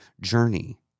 journey